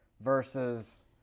versus